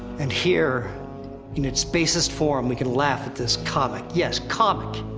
and here in its basest form, we can laugh at this comic, yes, comic,